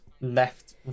left